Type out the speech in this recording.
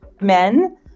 men